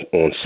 on